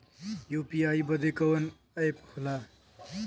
UPI बदे कवन app होला?